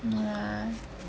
ya